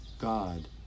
God